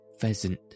pheasant